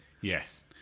Yes